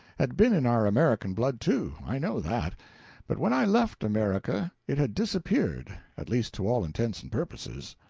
had been in our american blood, too i know that but when i left america it had disappeared at least to all intents and purposes.